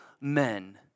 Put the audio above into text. men